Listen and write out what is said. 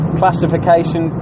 classification